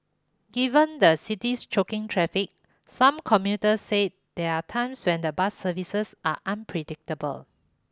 given the city's choking traffic some commuters say there are times when the bus services are unpredictable